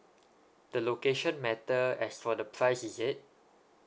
the location matter as for the price is it